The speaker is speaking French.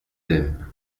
aime